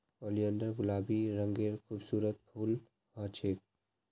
oleander गुलाबी रंगेर खूबसूरत फूल ह छेक